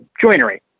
joinery